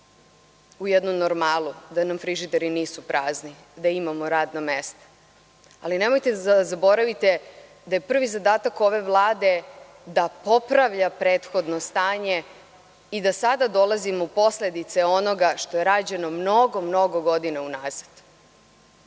u jednu normalu, da nam frižideri nisu prazni, da imamo radna mesta. Ali, nemojte da zaboravite da je prvi zadatak ove Vlade da popravlja prethodno stanje i da sada dolazimo u posledice onoga što je rađeno mnogo, mnogo godina unazad.